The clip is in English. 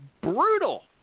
brutal